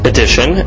Edition